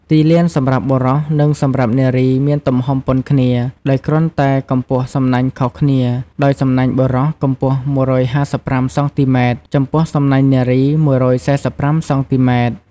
ទីលានសម្រាប់បុរស និង សម្រាប់នារីមានទំហំប៉ុនគ្នាដោយគ្រាន់តែកំពស់សំណាញ់ខុសគ្នា ដោយសំណាញ់បុរសកំពស់ ១៥៥ សង់ទីម៉ែត្រ ចំពោះសំណាញ់នារី ១៤៥ សង់ទីម៉ែត្រ ។